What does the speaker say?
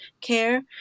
care